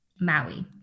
Maui